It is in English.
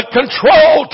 control